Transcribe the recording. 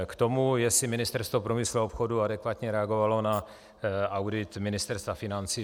K tomu, jestli Ministerstvo průmyslu a obchodu adekvátně reagovalo na audit Ministerstva financí.